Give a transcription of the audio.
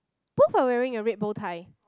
both are wearing a red bow tie